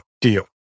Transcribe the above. deal